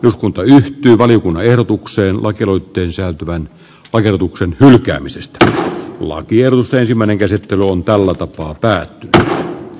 uskonto ja valiokunnan ehdotukseen vankiloitten lisääntyvän oikeutuksen hakemisesta ollaan kieltäisi menninkäiset kaduntallata vastuuministeriltä tarkemmin